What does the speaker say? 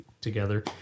together